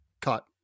cut